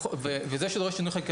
וזה שדורש שינוי חקיקה,